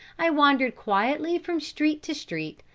i wandered quietly from street to street,